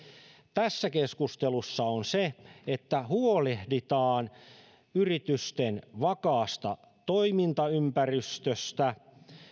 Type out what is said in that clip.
tässä keskustelussa on se että huolehditaan yritysten vakaasta toimintaympäristöstä